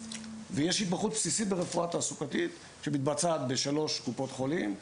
ויש התמחות בסיסית ברפואה תעסוקתית שמתבצעת בשלוש קופות חולים,